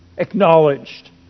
acknowledged